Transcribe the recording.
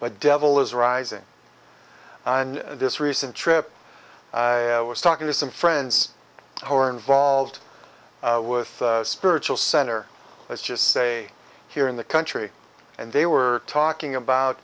but devil is rising on this recent trip i was talking to some friends who are involved with spiritual center let's just say here in the country and they were talking about